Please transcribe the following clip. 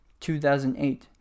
2008